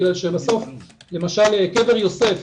למשל בקבר יוסף,